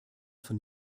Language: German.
von